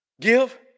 give